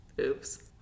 Oops